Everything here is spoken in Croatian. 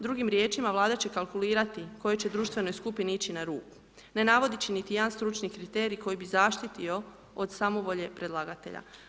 Drugim riječima, Vlada će kalkulirati kojoj će društvenoj skupini ići na ruku ne navodeći niti jedan stručni kriterij koji bi zaštitio od samovolje predlagatelja.